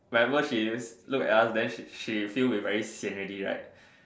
whenever she look at us then she she feel we very sian already right